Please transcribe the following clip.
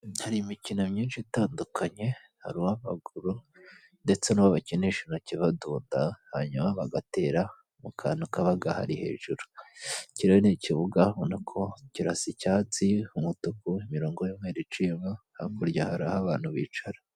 Hari imikino myinshi itandukanye hari uw'amaguru ndetse n'uwo bakinisha intoki badunda hanyuma bagatera mu kantu kaba gahari hejuru, iki rero ni ikibuga ubona ko kirasa icyatsi, umutuku, imirongo y'umweru iciyemo, hakurya hari aho abantu bicara.